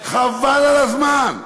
חבל על הזמן.